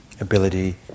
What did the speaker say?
ability